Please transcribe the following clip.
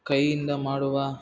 ಕೈಯಿಂದ ಮಾಡುವ